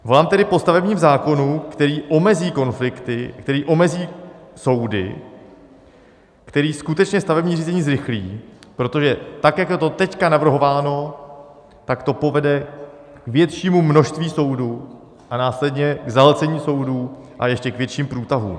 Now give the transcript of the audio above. Volám tedy po stavebním zákonu, který omezí konflikty, který omezí soudy, který skutečně stavební řízení zrychlí, protože tak jak je to teď navrhováno, tak to povede k většímu množství soudů a následně k zahlcení soudů a ještě k větším průtahům.